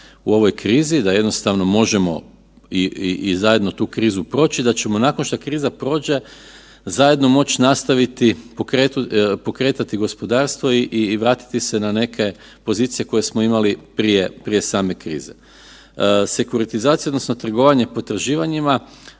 u ovoj krizi, da jednostavno možemo i zajedno tu krizu proći i da ćemo, nakon što kriza prođe zajedno moći nastaviti pokretati gospodarstvo i vratiti se na neke pozicije koje smo imali prije same krize. Sekuritizacija odnosno trgovanje potraživanjima